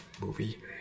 movie